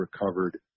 recovered